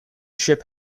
ship